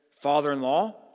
father-in-law